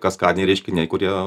kaskadiniai reiškiniai kurie